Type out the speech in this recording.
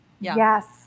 Yes